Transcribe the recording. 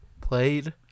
played